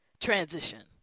Transition